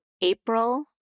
April